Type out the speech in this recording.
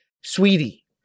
sweetie